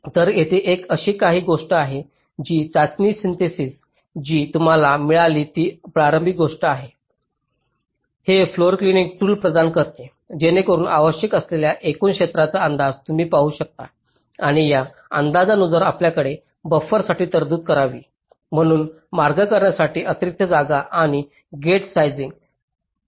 तर येथे एक अशी काही गोष्ट आहे जी चाचणी सिन्थेसिस जी तुम्हाला मिळाली ती आरंभिक गोष्ट आहे हे फ्लोरप्लानिंग टूल प्रदान करते जेणेकरून आवश्यक असलेल्या एकूण क्षेत्राचा अंदाज तुम्ही पाहू शकता आणि या अंदाजानुसार आपल्याकडे बफरसाठी तरतूद असावी म्हणून मार्ग करण्यासाठी अतिरिक्त जागा आणि गेट साइझिंग काही गेट्स मोठे करावे लागू शकतात